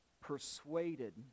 persuaded